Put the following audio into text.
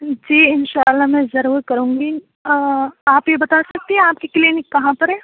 جی انشاء اللہ میں ضرور کروں گی آپ یہ بتا سکتی ہیں آپ کی کلینک کہاں پر ہے